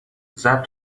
ضبط